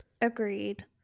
Agreed